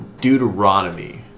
Deuteronomy